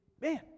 man